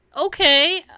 okay